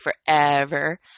forever